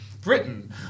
Britain